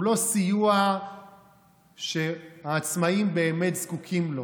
הוא לא הסיוע שהעצמאים באמת זקוקים לו.